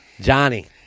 Johnny